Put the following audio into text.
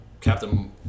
Captain